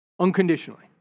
Unconditionally